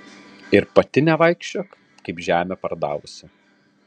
ir pati nevaikščiok kaip žemę pardavusi